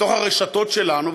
בתוך הרשתות שלנו,